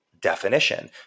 definition